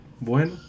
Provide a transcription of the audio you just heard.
bueno